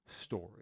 story